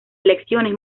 elecciones